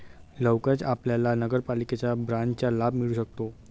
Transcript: लवकरच आपल्याला नगरपालिका बाँडचा लाभ मिळू शकतो